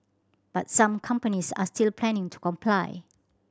but some companies are still planning to comply